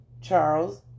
Charles